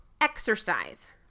exercise